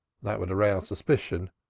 that would arouse suspicion.